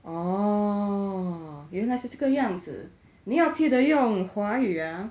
oh 原来是这个样子你要记得用华语 ah